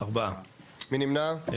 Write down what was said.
3 נמנעים,